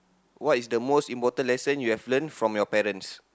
what is the most important lesson you have learn from your parents